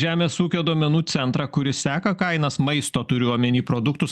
žemės ūkio duomenų centrą kuris seka kainas maisto turiu omeny produktus